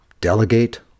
delegate